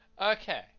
Okay